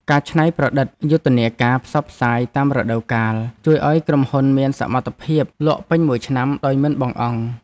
ការច្នៃប្រឌិតយុទ្ធនាការផ្សព្វផ្សាយតាមរដូវកាលជួយឱ្យក្រុមហ៊ុនមានសកម្មភាពលក់ពេញមួយឆ្នាំដោយមិនបង្អង់។